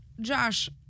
Josh